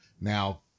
Now